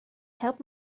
help